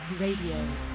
Radio